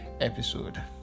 episode